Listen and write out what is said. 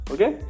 Okay